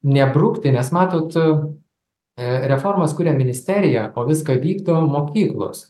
nebrukti nes matot reformas kuria ministerija o viską vykdo mokyklos